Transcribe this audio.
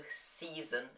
season